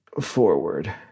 forward